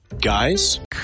Guys